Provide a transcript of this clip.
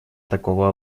такого